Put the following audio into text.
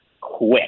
quick